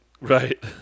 Right